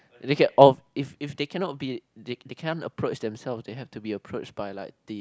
they can oh if if they cannot be they they can't approach themselves they have to be approach by like the